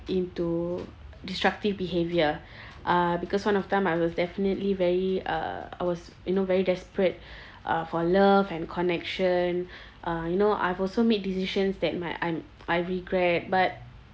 into destructive behaviour uh because one of the time I was definitely very uh I was you know very desperate uh for love and connection uh you know I've also made decisions that my I'm I regret but